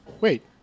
wait